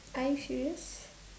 are you furious